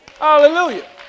Hallelujah